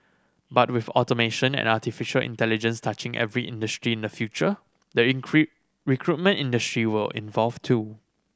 but with automation and artificial intelligence touching every industry in the future the recruitment industry will evolve too